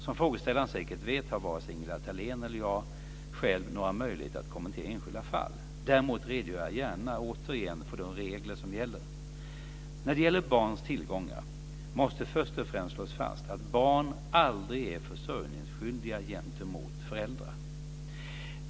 Som frågeställaren säkert vet har vare sig Ingela Thalén eller jag själv några möjligheter att kommentera enskilda fall. Däremot redogör jag gärna återigen för de regler som gäller. När det gäller barns tillgångar måste först och främst slås fast att barn aldrig är försörjningsskyldiga gentemot föräldrar.